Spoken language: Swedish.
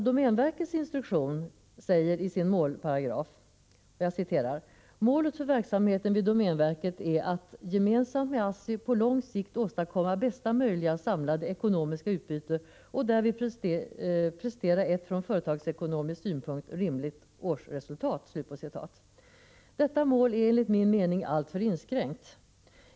Domänverkets instruktion säger i sin målparagraf: ”Målet för verksamheten vid domänverket är att gemensamt med ASSI på lång sikt åstadkomma bästa möjliga samlade ekonomiska utbyte och därvid prestera ett från företagsekonomisk synpunkt rimligt årsresultat ——-.” Detta mål är enligt min mening alltför inskränkt.